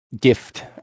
gift